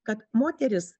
kad moteris